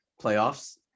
playoffs